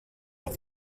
auf